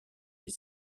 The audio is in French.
est